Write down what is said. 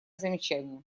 замечание